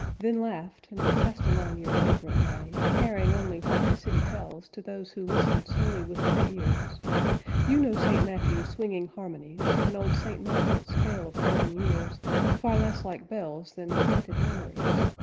then laughed, and passed along your vagrant way, carrying only what the city tells to those who listen solely with their ears you know st. matthew's swinging harmonies, and old st. michael's tale of golden years far less like bells than chanted memories.